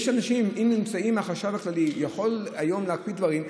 אם החשב הכללי יכול היום להקפיא דברים,